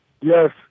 Yes